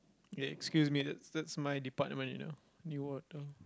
ya excuse me that's that's my department you know newater